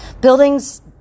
Buildings